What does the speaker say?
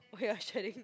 oh ya shedding